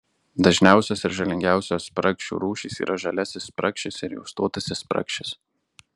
dažniausios ir žalingiausios spragšių rūšys yra žaliasis spragšis ir juostuotasis spragšis